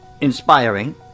inspiring